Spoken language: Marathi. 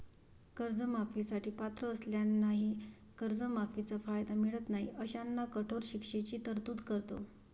कर्जमाफी साठी पात्र असलेल्यांनाही कर्जमाफीचा कायदा मिळत नाही अशांना कठोर शिक्षेची तरतूद करतो